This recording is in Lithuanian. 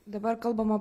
dabar kalbama